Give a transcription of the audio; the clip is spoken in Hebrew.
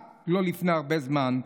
רק לא לפני הרבה זמן,